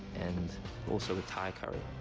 and also ah thai curry.